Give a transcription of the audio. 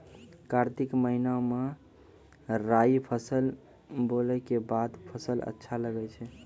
कार्तिक महीना मे राई फसल बोलऽ के बाद फसल अच्छा लगे छै